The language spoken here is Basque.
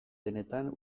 denetan